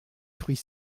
fruits